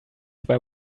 zwei